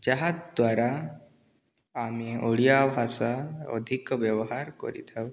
ଯାହାଦ୍ୱାରା ଆମେ ଓଡ଼ିଆ ଭାଷା ଅଧିକ ବ୍ୟବହାର କରିଥାଉ